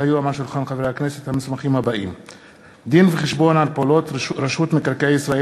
הצעת חוק היטל על דירת מגורים ריקה באזור היצע דירות מגורים נמוך,